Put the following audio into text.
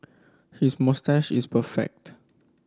his moustache is perfect